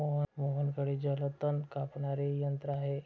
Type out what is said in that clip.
मोहनकडे जलतण कापणारे यंत्र आहे